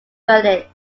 verdict